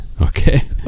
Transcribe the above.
Okay